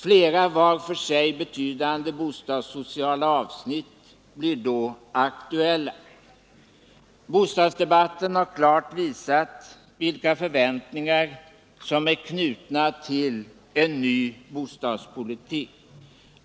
Flera var för sig betydande bostadssociala avsnitt blir då aktuella. Bostadsdebatten har klart visat vilka förväntningar som är knutna till en ny bostadspolitik.